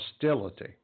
hostility